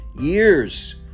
years